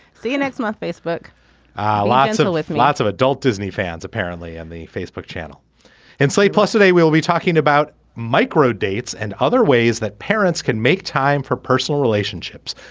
see you next month facebook likes italy and lots of adult disney fans apparently and the facebook channel and slate plus a day we'll be talking about micro dates and other ways that parents can make time for personal relationships.